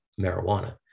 marijuana